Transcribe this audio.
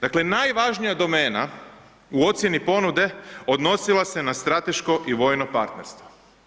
Dakle najvažnija domena u ocjeni ponude odnosila se na strateško i vojno partnerstvo.